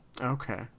Okay